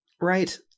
Right